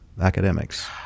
academics